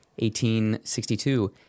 1862